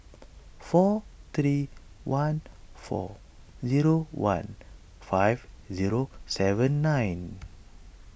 four three one four zero one five zero seven nine